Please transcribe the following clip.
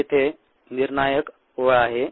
ही येथे निर्णायक ओळ आहे